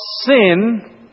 sin